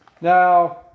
Now